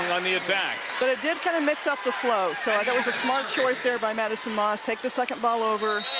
on the attack. but it did kind of mix up theflow. so like that was a smart choice there by but so maahs. take the second ball over,